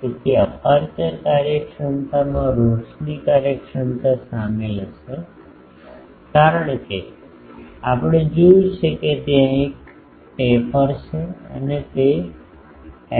તેથી અપેર્ચર કાર્યક્ષમતામાં રોશની કાર્યક્ષમતા શામેલ હશે કારણ કે આપણે જોયું છે કે ત્યાં એક ટેપર છે અને તે